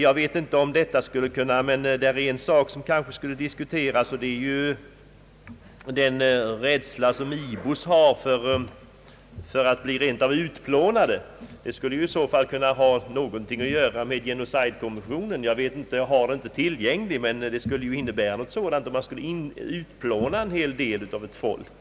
Det hoppas jag att utrikesministern instämmer i. En fråga som kanske borde diskuteras är den rädsla som ibos har för att bli rent av utplånade. Det skulle i så fall kunna ha något att göra med Genosidekonventionen. Jag har den inte tillgänglig. Men det skulle innebära någonting sådant om man skulle utplåna en hel del av ett folk.